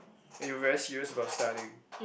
and you were very serious about studying